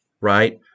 right